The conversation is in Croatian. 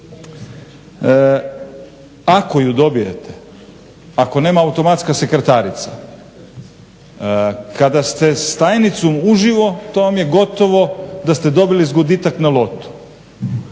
ako je dobijete, ako nema automatska sekretarica. Kada ste s tajnicom uživo to vam je gotovo da ste dobili zgoditak na lotu.